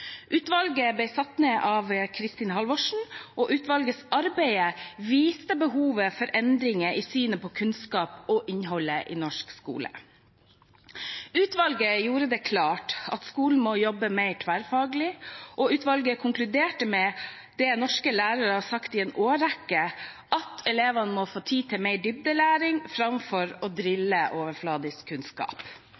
Utvalget ble satt ned av Kristin Halvorsen, og utvalgets arbeid viste behovet for endringer i synet på kunnskap og på innholdet i norsk skole. Utvalget gjorde det klart at skolen må jobbe mer tverrfaglig, og konkluderte med det norske lærere har sagt i en årrekke, at elevene må få tid til mer dybdelæring framfor å